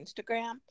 Instagram